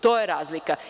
To je razlika.